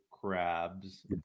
crabs